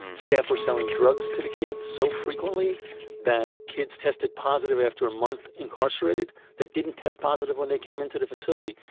staff were selling drugs to the kids so frequently that kids tested positive after a month incarcerated that didn't test positive when they came into the facility,